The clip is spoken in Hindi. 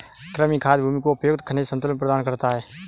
कृमि खाद भूमि को उपयुक्त खनिज संतुलन प्रदान करता है